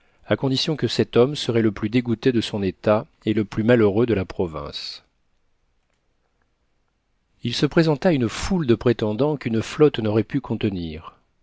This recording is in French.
à condition que cet homme serait le plus dégoûté de son état et le plus malheureux de la province il se présenta une foule de prétendants qu'une flotte n'aurait pu contenir